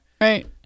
Right